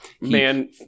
Man